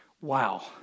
Wow